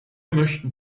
möchten